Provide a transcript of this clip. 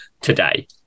today